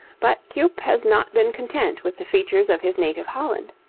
but cuyp has not been content with the features of his native holland.